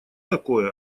такое